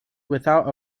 without